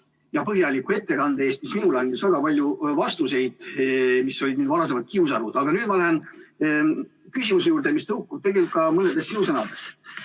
põhjaliku ettekande eest, mis minule andis väga palju vastuseid küsimustele, mis olid mind varasemalt kiusanud. Aga nüüd ma lähen küsimuse juurde, mis tõukub tegelikult ka mõnedest sinu sõnadest.